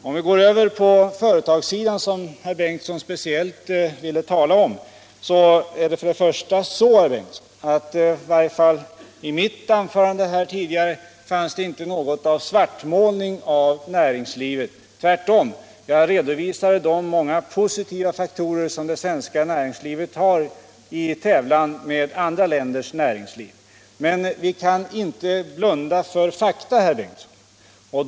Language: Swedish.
Om vi går över på företagssidan, som herr Bengtsson speciellt ville tala om, kan jag till att börja med säga att det i varje fall inte i mitt tidigare anförande fanns någonting av svartmålning av näringslivet. Tvärtom! Jag redovisade de många positiva faktorer som det svenska näringslivet har i tävlan med andra länders näringsliv. Men vi kan inte blunda för fakta, herr Bengtsson.